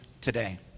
today